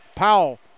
Powell